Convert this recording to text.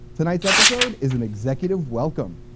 tonight's episode is and executive welcome.